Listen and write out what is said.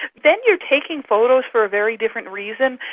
then you're taking photos for a very different reason,